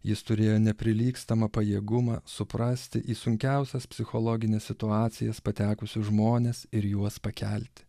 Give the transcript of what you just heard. jis turėjo neprilygstamą pajėgumą suprasti į sunkiausias psichologines situacijas patekusius žmones ir juos pakelti